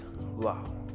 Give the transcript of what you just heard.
wow